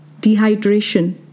dehydration